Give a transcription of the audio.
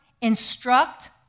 instruct